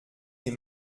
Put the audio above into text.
des